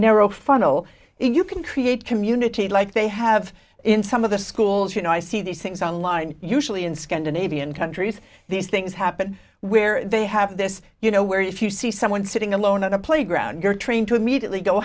narrow funnel you can create community like they have in some of the schools you know i see these things on line usually in scandinavian countries these things happen where they have this you know where if you see someone sitting alone on a playground you're trained to immediately go